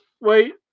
wait